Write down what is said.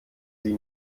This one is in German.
sie